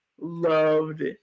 loved